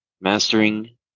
mastering